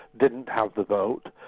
didn't have the vote.